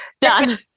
Done